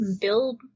build